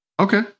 Okay